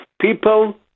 people